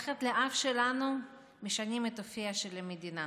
מתחת לאף שלנו משנים את אופייה של המדינה.